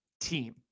team